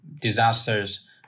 disasters